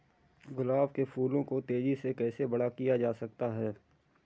गुलाब के फूलों को तेजी से कैसे बड़ा किया जा सकता है?